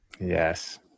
Yes